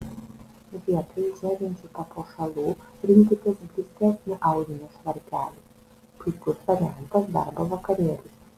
vietoj žėrinčių papuošalų rinkitės blizgesnio audinio švarkelį puikus variantas darbo vakarėliui